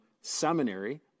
seminary